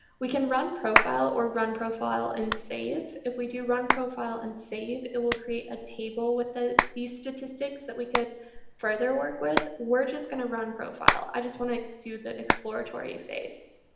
we can run profile or run profile and save. if we do run profile and save, it will create a table with these statistics that we could further work with. we're just going to run profile. i just want to do that exploratory phase.